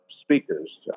speakers